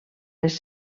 les